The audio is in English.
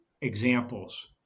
examples